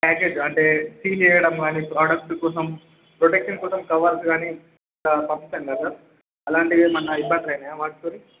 package అంటే seal చేయడం కానీ ప్రోడక్ట్ కోసం ప్రొటెక్టీవ్ కోసం కవర్స్ కానీ ఆలా పంపుతాంకదా అలాంటివి ఏమైనా ఇబ్బందులు అయ్యాయా వాటితోని